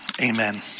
Amen